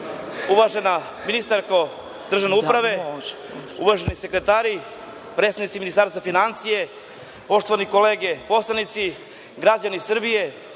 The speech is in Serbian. uvažena ministarko državne uprave, uvaženi sekretari, predstavnici Ministarstva finansija, poštovane kolege poslanici, građani Srbije,